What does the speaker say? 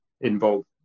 involved